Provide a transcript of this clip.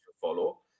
follow